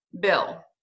Bill